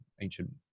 ancient